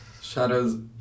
Shadow's